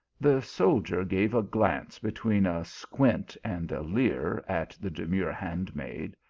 the soldier gave a glance between a squint and a leer at the dem-ure handmaid.